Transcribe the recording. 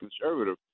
conservative